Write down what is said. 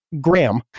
Graham